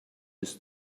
his